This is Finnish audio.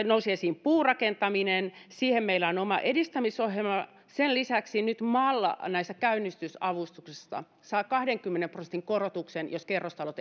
nousi esiin puurakentaminen siihen meillä on oma edistämisohjelma sen lisäksi nyt mal näistä käynnistysavustuksista saa kahdenkymmenen prosentin korotuksen jos kerrostalo